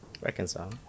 Reconcile